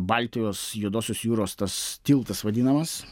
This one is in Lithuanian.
baltijos juodosios jūros tas tiltas vadinamas